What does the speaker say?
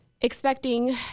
expecting